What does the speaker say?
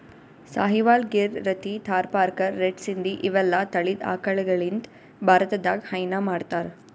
Sahiwal, Gir, Rathi, Tharparkar, red Sindhi ಇವೆಲ್ಲಾ ತಳಿದ್ ಆಕಳಗಳಿಂದ್ ಭಾರತದಾಗ್ ಹೈನಾ ಮಾಡ್ತಾರ್